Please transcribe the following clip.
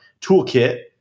toolkit